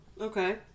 Okay